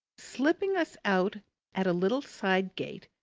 slipping us out at a little side gate,